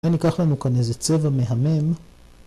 וניקח לנו כאן איזה צבע מהמם